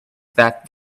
that